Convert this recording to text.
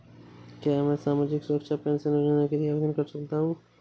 क्या मैं सामाजिक सुरक्षा पेंशन योजना के लिए आवेदन कर सकता हूँ?